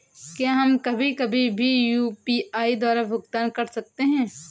क्या हम कभी कभी भी यू.पी.आई द्वारा भुगतान कर सकते हैं?